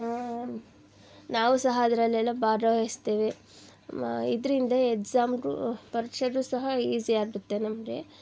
ನಾವೂ ಸಹ ಅದರಲ್ಲೆಲ್ಲ ಭಾಗವಹಿಸ್ತೇವೆ ಇದರಿಂದ ಎಕ್ಸಾಮ್ಗೂ ಪರೀಕ್ಷೆಗೂ ಸಹ ಈಝಿ ಆಗುತ್ತೆ ನಮಗೆ